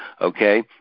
Okay